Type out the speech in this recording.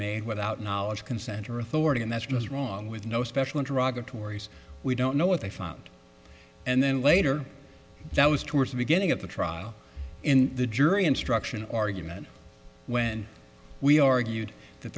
made without knowledge consent or authority and that's was wrong with no special into raga tori's we don't know what they found and then later that was towards the beginning of the trial in the jury instruction argument when we argued that